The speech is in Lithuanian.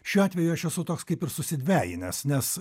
šiuo atveju aš esu toks kaip ir susidvejinęs nes